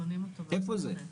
איפה זה?